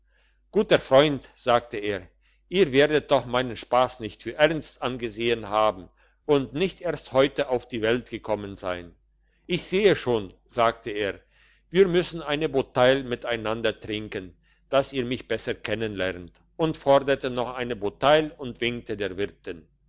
guter freund sagte er ihr werdet doch meinen spass nicht für ernst angesehen haben und nicht erst heute auf die welt gekommen sein ich sehe schon sagte er wir müssen eine bouteille miteinander trinken dass ihr mich besser kennen lernt und forderte noch eine bouteille und winkte der wirtin